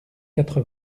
quatre